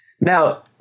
Now